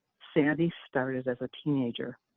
sandy started as a teenager.